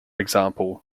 example